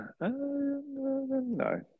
No